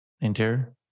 Interior